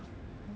mm